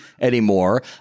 anymore